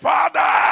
Father